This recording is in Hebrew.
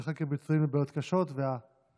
חקר ביצועים ובעיות קשות וה-NP-hard.